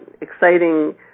exciting